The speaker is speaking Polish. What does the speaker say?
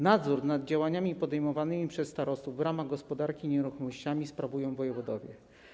Nadzór nad działaniami podejmowanymi przez starostów w ramach gospodarki nieruchomościami sprawują wojewodowie.